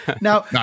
Now